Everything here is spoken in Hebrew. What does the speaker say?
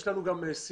יש לנו גם סירות.